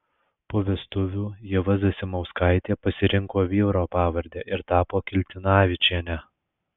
po vestuvių ieva zasimauskaitė pasirinko vyro pavardę ir tapo kiltinavičiene